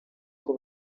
uko